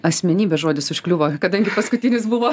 asmenybė žodis užkliuvo kadangi paskutinis buvo